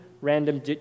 random